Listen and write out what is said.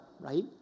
right